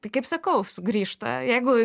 tai kaip sakau sugrįžta jeigu